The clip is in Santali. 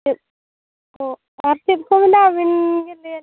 ᱪᱮᱫ ᱠᱚ ᱟᱨ ᱪᱮᱫ ᱠᱚ ᱢᱮᱱᱟᱜᱼᱟ ᱟᱵᱤᱱ ᱜᱮ ᱞᱟᱹᱭᱟᱞᱤᱧ ᱵᱤᱱ